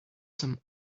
some